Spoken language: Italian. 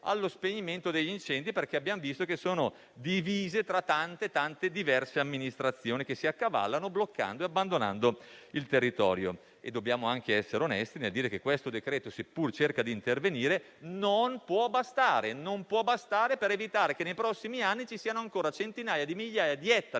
allo spegnimento degli incendi. Abbiamo visto infatti che tali forze sono divise tra tante, diverse amministrazioni, che si accavallano, bloccando e abbandonando il territorio. Dobbiamo anche essere onesti nel dire che questo decreto-legge, seppur cerca di intervenire, non può bastare a evitare che nei prossimi anni centinaia di migliaia di ettari